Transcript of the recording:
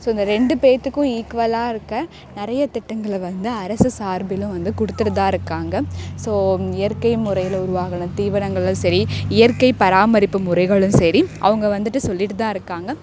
so இந்த ரெண்டு பேத்துக்கு ஈக்குவலாக இருக்க நிறைய திட்டங்களை வந்து அரசு சார்பிலும் வந்து கொடுத்துட்டு தான் இருக்காங்க ஸோ இயற்கை முறையில் உருவாகின தீவனங்களும் சரி இயற்கை பராமரிப்பு முறைகளும் சரி அவங்க வந்துட்டு சொல்லிகிட்டுத்தான் இருக்காங்க